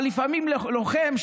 אבל לפעמים לוחם,